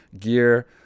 gear